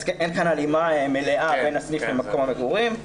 אז אין כאן הלימה מלאה בין הסניף למקום המגורים.